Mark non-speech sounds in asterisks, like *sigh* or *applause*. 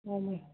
*unintelligible*